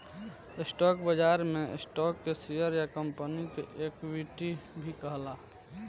stock बाजार में stock के शेयर या कंपनी के इक्विटी भी कहाला